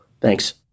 Thanks